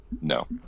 no